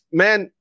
man